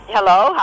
Hello